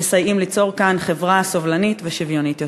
מסייעים ליצור כאן חברה סובלנית ושוויונית יותר.